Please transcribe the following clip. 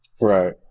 right